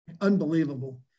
Unbelievable